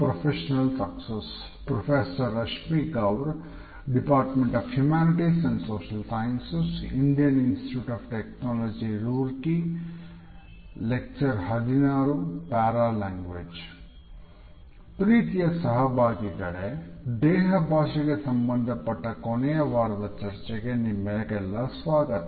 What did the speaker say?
ಪ್ರೀತಿಯ ಸಹಭಾಗಿಗಳೇ ದೇಹ ಭಾಷೆಗೆ ಸಂಬಂಧಪಟ್ಟ ಕೊನೆಯ ವಾರದ ಚರ್ಚೆಗೆ ನಿಮಗೆಲ್ಲ ಸ್ವಾಗತ